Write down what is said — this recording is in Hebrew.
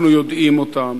אנחנו יודעים אותם,